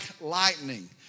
lightning